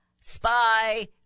spy